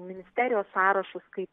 ministerijos sąrašus kaip